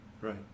right